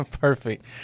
Perfect